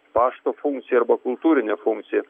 pašto funkcija arba kultūrinė funkcija